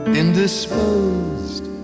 indisposed